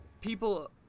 people